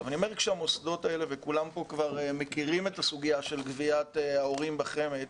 כולם כאן מכירים את הסוגיה של גביית ההורים בחמ"ד,